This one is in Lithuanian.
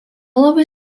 labai